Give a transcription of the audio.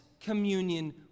communion